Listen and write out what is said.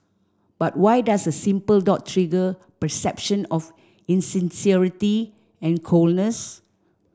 but why does a simple dot trigger perception of insincerity and coldness